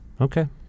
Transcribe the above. Okay